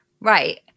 Right